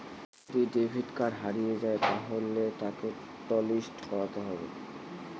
যদি debit card হারিয়ে যায় তাহলে তাকে টলিস্ট করাতে হবে